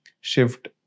shift